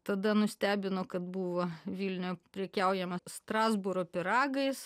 tada nustebino kad buvo vilniuje prekiaujama strasbūro pyragais